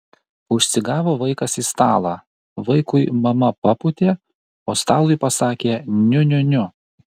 užsigavo vaikas į stalą vaikui mama papūtė o stalui pasakė niu niu niu